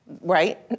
right